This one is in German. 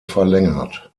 verlängert